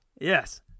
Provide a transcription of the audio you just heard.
Yes